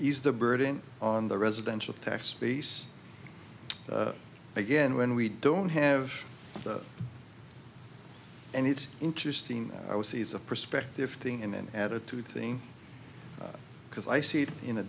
ease the burden on the residential tax base again when we don't have that and it's interesting i was is a prospective thing in an attitude thing because i see i